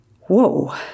whoa